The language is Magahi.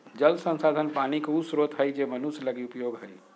जल संसाधन पानी के उ स्रोत हइ जे मनुष्य लगी उपयोगी हइ